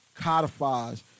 codifies